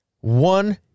One